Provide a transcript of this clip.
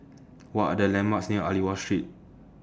What Are The landmarks near Aliwal Street